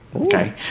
Okay